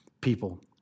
people